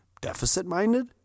Deficit-minded